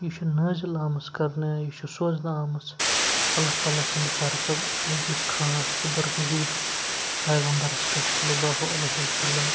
یہِ چھُ نٲزِل آمٕژ کَرنہٕ یہِ چھُ سوزنہٕ آمٕژ اللہ تعالیٰ سٕنٛدِ طرفہٕ أکِس خاص تہٕ برغزیٖد پیغمبَرَس پٮ۪ٹھ صلی اللہ علیہِ وَسَلَم